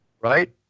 right